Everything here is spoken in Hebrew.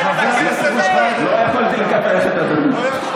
חבר הכנסת אבו שחאדה, לא יכולתי לקפח את אדוני.